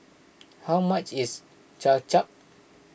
how much is Kway Chap